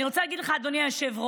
אני רוצה להגיד לך, אדוני היושב-ראש: